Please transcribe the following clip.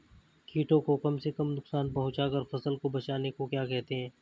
कीटों को कम से कम नुकसान पहुंचा कर फसल को बचाने को क्या कहते हैं?